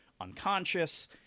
unconscious